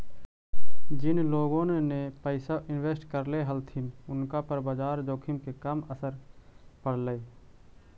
जिन लोगोन ने पैसा इन्वेस्ट करले हलथिन उनका पर बाजार जोखिम के कम असर पड़लई